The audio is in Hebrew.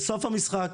בסוף המשחק